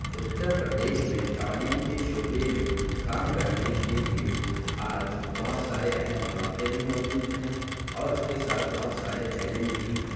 اترپردیش میں تعلیم کے شعبے میں کام کرنے کے لیے آج بہت سارے اہم مواقعے بھی موجود ہیں اور اس کے ساتھ بہت سارے چیلنج بھی ہیں